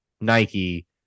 nike